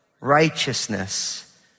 Righteousness